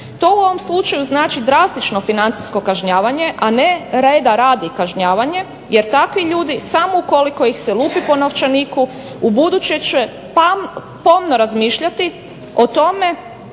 To u ovom slučaju znači drastično financijsko kažnjavanje, a ne reda radi kažnjavanje jer takvi ljudi samo ukoliko ih se lupi po novčaniku ubuduće se pomno razmišljati o tome